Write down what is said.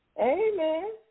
Amen